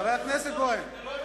חבר הכנסת בוים.